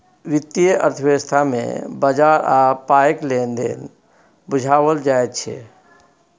वित्तीय अर्थशास्त्र मे बजार आ पायक लेन देन बुझाओल जाइत छै